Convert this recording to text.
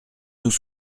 nous